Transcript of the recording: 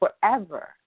forever